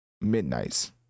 midnight's